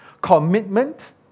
Commitment